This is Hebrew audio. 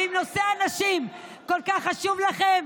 אם נושא הנשים כל כך חשוב לכן,